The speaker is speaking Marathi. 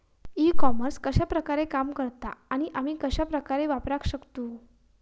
ई कॉमर्स कश्या प्रकारे काम करता आणि आमी कश्या प्रकारे वापराक शकतू?